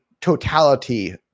totality